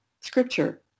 scripture